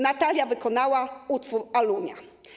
Natalia wykonała utwór ˝Alunia˝